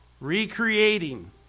recreating